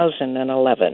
2011